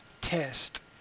test